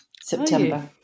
September